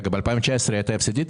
הם בכלל לא ידעו איפה הוא, הם לא זיהו.